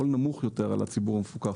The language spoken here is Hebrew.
עול נמוך יותר על הציבור המפוקח.